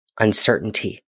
uncertainty